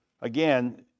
again